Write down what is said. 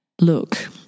Look